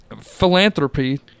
philanthropy